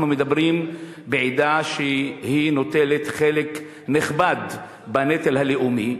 אנחנו מדברים בעדה שנוטלת חלק נכבד בנטל הלאומי,